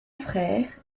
frère